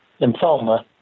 lymphoma